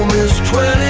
is twenty